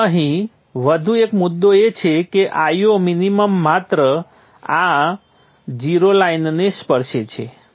હવે અહીં વધુ એક મુદ્દો એ છે કે Io મિનિમમ માત્ર આ 0 લાઇનને સ્પર્શે છે